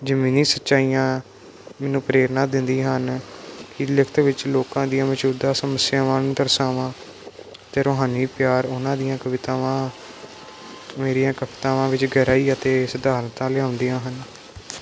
ਜਮੀਨੀ ਸੱਚਾਈਆ ਮੈਨੂੰ ਪ੍ਰੇਰਨਾ ਦਿੰਦੀਆਂ ਹਨ ਕਿ ਲਿਖਤ ਵਿੱਚ ਲੋਕਾਂ ਦੀਆਂ ਮੌਜੂਦਾ ਸਮੱਸਿਆਵਾਂ ਨੂੰ ਦਰਸਾਵਾਂ ਤੇ ਰੂਹਾਨੀ ਪਿਆਰ ਉਹਨਾਂ ਦੀਆਂ ਕਵਿਤਾਵਾਂ ਮੇਰੀਆਂ ਕਵਿਤਾਵਾਂ ਵਿੱਚ ਗਹਿਰਾਈ ਅਤੇ ਸਿਧਾਂਤਾਂ ਲਿਆਉਂਦੀਆਂ ਹਨ